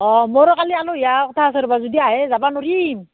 অঁ মোৰো কালি আলহী অহাৰ কথা আছে ৰ'বা যদি আহে যাব নোৱাৰিম